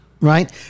right